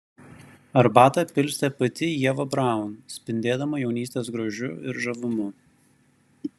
arbatą pilstė pati ieva braun spindėdama jaunystės grožiu ir žavumu